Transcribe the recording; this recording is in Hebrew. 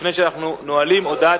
לפני שאנחנו נועלים, הודעת,